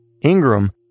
Ingram